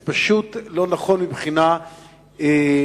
זה פשוט לא נכון מבחינה מדעית.